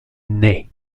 ney